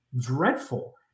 dreadful